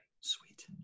Sweet